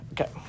Okay